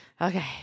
Okay